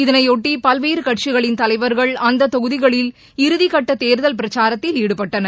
இதனையொட்டிபல்வேறுகட்சிகளின் தலைவர்கள் அந்ததொகுதிகளில் இறுதிக்கட்டதேர்தல் பிரச்சாரத்தில் ஈடுபட்டனர்